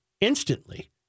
instantly